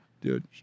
Dude